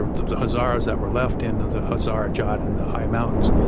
the the hazaras that were left in the hazarajat in the high mountains,